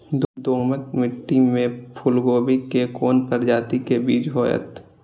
दोमट मिट्टी में फूल गोभी के कोन प्रजाति के बीज होयत?